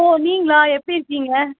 ஓ நீங்களா எப்படி இருக்கீங்க